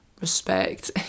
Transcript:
respect